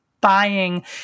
buying